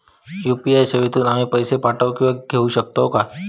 UPI सेवेतून आम्ही पैसे पाठव किंवा पैसे घेऊ शकतू काय?